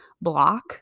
block